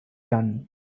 done